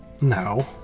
No